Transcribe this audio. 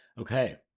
okay